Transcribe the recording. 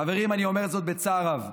חברים, אני אומר זאת בצער רב: